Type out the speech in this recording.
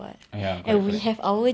oh ya correct correct